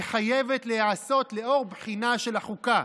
היא חייבת להיעשות לאור בחינה של החוקה,